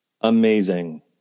amazing